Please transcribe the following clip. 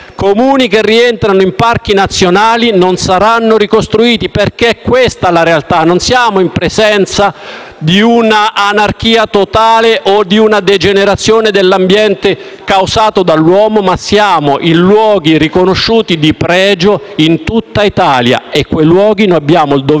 Comuni che rientrano in Parchi nazionali non saranno ricostruiti. È questa, infatti, la realtà; non siamo in presenza di un'anarchia totale o di una degenerazione dell'ambiente causata dall'uomo, ma siamo in luoghi riconosciuti di pregio in tutta Italia e noi abbiamo il dovere,